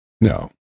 no